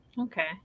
Okay